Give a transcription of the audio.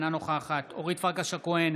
אינה נוכחת אורית פרקש הכהן,